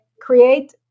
create